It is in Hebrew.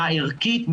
מבחינה ערכית,